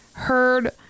heard